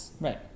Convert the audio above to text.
Right